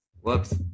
Whoops